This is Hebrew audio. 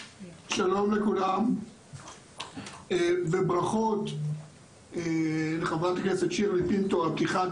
שלום לכולם וברכות לחברת הכנסת שירלי פינטו על פתיחת